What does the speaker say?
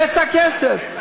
בצע כסף?